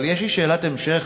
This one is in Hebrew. אבל יש לי שאלת המשך,